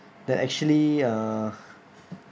that actually uh